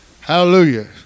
Hallelujah